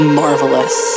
marvelous